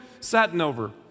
Satinover